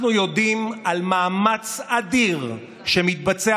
אנחנו יודעים על מאמץ אדיר שמתבצע